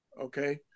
Okay